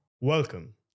Welcome